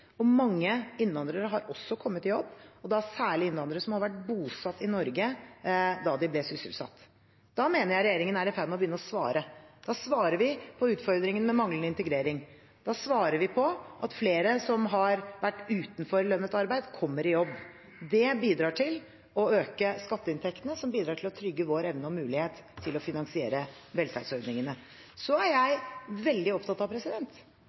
og mange innvandrere har også kommet i jobb, og da særlig innvandrere som var bosatt i Norge da de ble sysselsatt. Da mener jeg regjeringen er i ferd med å begynne å svare. Da svarer vi på utfordringen med manglende integrering, da svarer vi på at flere som har vært utenfor lønnet arbeid, kommer i jobb. Det bidrar til å øke skatteinntektene, som igjen bidrar til å trygge vår evne og mulighet til å finansiere velferdsordningene. Så er jeg veldig opptatt av